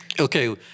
Okay